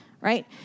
right